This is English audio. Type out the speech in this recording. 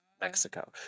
mexico